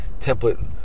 template